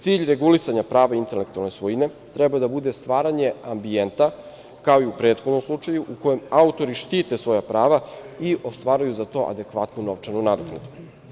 Cilj regulisanja prava intelektualne svojine treba da bude stvaranje ambijenta, kao i u prethodnom slučaju, u kojem autori štite svoja prava i ostvaruju za to adekvatnu novčanu nadoknadu.